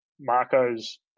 Marco's